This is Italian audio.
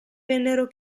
vennero